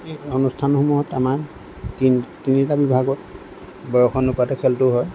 অনুষ্ঠানসমূহত আমাৰ তিনিটা বিভাগত বয়স অনুপাতে খেলটো হয়